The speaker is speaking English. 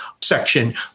section